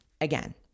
Again